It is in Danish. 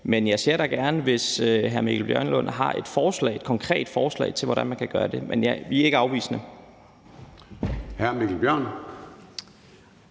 Men jeg ser det da gerne, hvis hr. Mikkel Bjørn har et konkret forslag til, hvordan man kan gøre det. Men vi er ikke afvisende.